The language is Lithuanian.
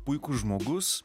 puikus žmogus